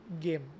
game